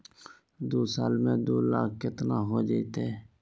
दू साल में दू लाख केतना हो जयते?